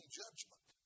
judgment